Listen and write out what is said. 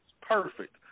Perfect